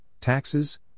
taxes